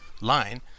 line